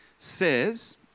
says